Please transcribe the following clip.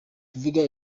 kuvuga